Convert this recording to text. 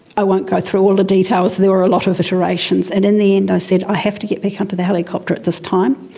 i won't to go through all the details, there were a lot of iterations, and in the end i said, i have to get back onto the helicopter at this time,